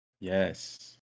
yes